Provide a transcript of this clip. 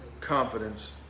confidence